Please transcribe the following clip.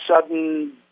sudden